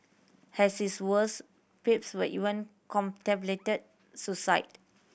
has his worst even contemplated suicide